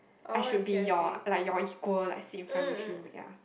I should be your like your equal like sit in front with you ya